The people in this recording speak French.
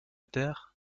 terre